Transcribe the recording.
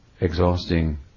exhausting